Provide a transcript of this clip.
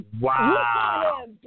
Wow